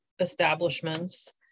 establishments